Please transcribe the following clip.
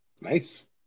Nice